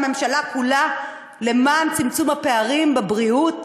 הממשלה כולה למען צמצום הפערים בבריאות